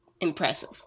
impressive